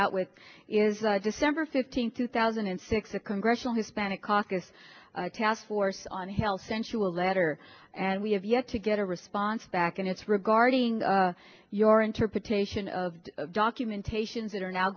out with is that december fifteenth two thousand and six the congressional hispanic caucus task force on health sensual letter and we have yet to get a response back and it's regarding your interpretation of the documentations that are now